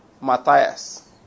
Matthias